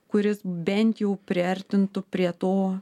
kuris bent jau priartintų prie to